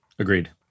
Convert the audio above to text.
Agreed